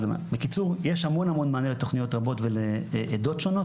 בקיצור יש המון המון מענה לתוכניות רבות ולעדות שונות